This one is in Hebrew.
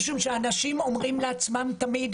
משום שאנשים אומרים לעצמם תמיד: